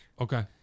okay